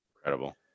Incredible